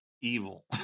evil